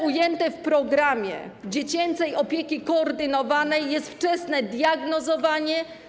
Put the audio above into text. Cele ujęte w programie dziecięcej opieki koordynowanej jest wczesne diagnozowanie.